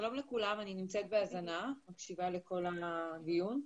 שלום לכולם, אני בהאזנה מתחילת הדיון.